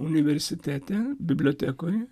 universitete bibliotekoje